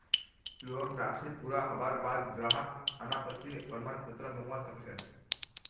loan राशि पूरा हबार बा द ग्राहक अनापत्ति प्रमाण पत्र मंगवा स ख छ